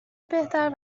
بهتر